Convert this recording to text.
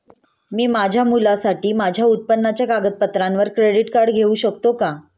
मी माझ्या मुलासाठी माझ्या उत्पन्नाच्या कागदपत्रांवर क्रेडिट कार्ड घेऊ शकतो का?